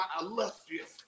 illustrious